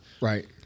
Right